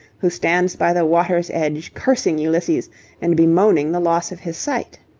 who stands by the water's edge, cursing ulysses and bemoaning the loss of his sight.